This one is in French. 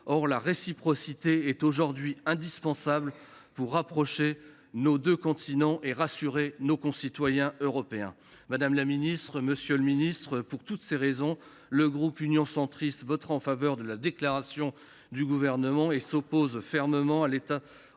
Or, la réciprocité est aujourd’hui indispensable pour rapprocher nos deux continents et rassurer nos concitoyens européens. Madame la ministre, monsieur le ministre, pour toutes ces raisons, le groupe Union Centriste votera en faveur de la déclaration du Gouvernement et s’oppose fermement en l’état à